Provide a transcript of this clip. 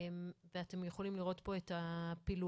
ואתם יכולים לראות פה את הפילוח